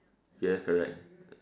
yeah correct